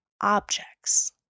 objects